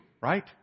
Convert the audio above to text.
right